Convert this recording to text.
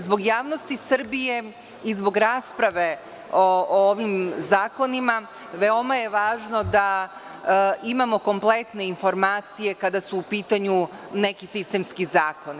Zbog javnosti Srbije i zbog rasprave o ovim zakonima, veoma je važno da imamo kompletne informacije kada su u pitanju neki sistemski zakoni.